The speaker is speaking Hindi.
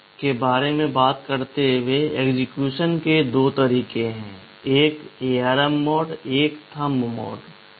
PC के बारे में बात करते हुए एक्जीक्यूशन के दो तरीके हैं एक ARM मोड है एक थंब मोड है